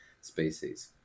species